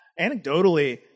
Anecdotally